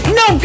no